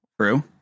True